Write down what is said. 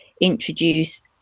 introduce